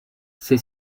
sei